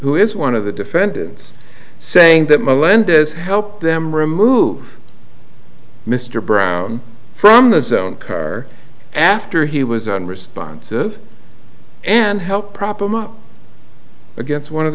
who is one of the defendants saying that melendez helped them remove mr brown from the zone car after he was unresponsive and help prop him up against one of